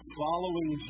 following